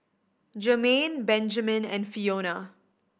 Jermaine Benjamen and Fiona